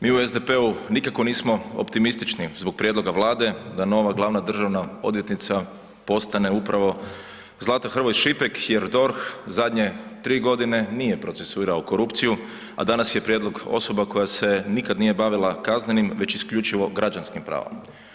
Mi u SDP-u nikako nismo optimistični zbog prijedloga Vlade da nova glavna državna odvjetnica postane upravo Zlata Hrvoj Šipek jer DORH zadnje 3 godine nije procesuirao korupciju, a danas je prijedlog osoba koja se nikada nije bavila kaznenim već isključivo građanskim pravom.